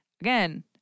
again